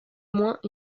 moins